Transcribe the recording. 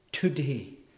today